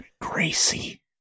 Gracie